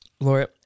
Laura